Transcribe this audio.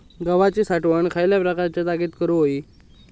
गव्हाची साठवण खयल्या प्रकारच्या जागेत करू होई?